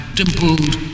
dimpled